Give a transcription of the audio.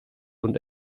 und